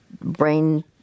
brain